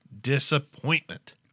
disappointment